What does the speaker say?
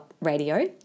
Radio